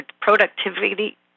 productivity